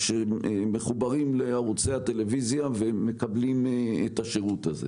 שמחוברים לערוצי הטלוויזיה ומקבלים את השירות הזה?